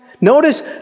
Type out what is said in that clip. notice